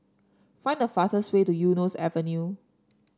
find the fastest way to Eunos Avenue